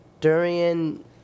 Durian